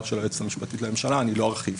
של היועצת המשפטית לממשלה ואני לא ארחיב.